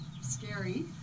scary